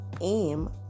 aim